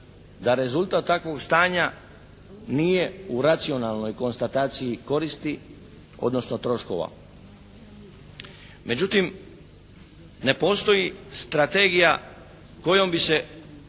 Da rezultat takvog stanja nije u racionalnoj konstataciji koristi odnosno troškova. Međutim, ne postoji strategija kojom bi se